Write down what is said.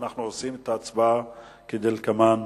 עושים את ההצבעה כדלקמן: